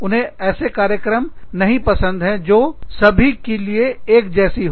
उन्हें ऐसे कार्यक्रम नहीं पसंद है जो सभी के लिए एक जैसी हो